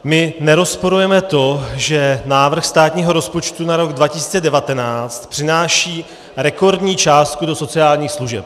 My nerozporujeme to, že návrh státního rozpočtu na rok 2019 přináší rekordní částku do sociálních služeb.